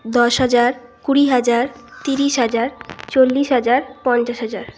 দশ হাজার কুড়ি হাজার তিরিশ হাজার চল্লিশ হাজার পঞ্চাশ হাজার